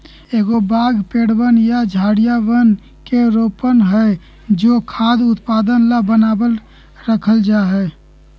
एगो बाग पेड़वन या झाड़ियवन के रोपण हई जो खाद्य उत्पादन ला बनावल रखल जाहई